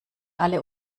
alle